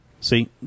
See